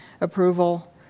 approval